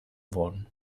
worden